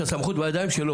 שהסמכות בידיים שלו,